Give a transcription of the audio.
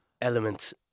element